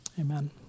amen